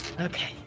Okay